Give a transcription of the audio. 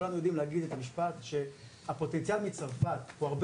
וכולנו יודעים להגיד את המשפט שהפוטנציאל מצרפת הוא הרבה